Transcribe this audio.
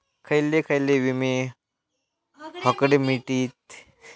खयले खयले विमे हकडे मिळतीत?